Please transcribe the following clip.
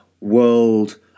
world